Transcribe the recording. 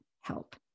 help